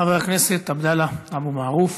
חבר הכנסת עבדאללה אבו מערוף,